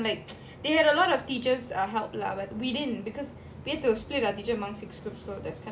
like they had a lot of teachers err help lah but we didn't because we have to split our teacher among six groups so that's kind of sad